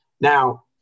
Now